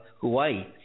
Hawaii